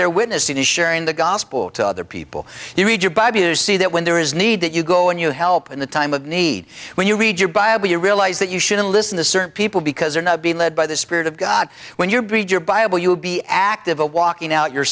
there witnessing is sharing the gospel to other people you read your bible you see that when there is need that you go and you help in the time of need when you read your bible you realize that you shouldn't listen to certain people because you're not being led by the spirit of god when you breach your bible you will be active a walking out your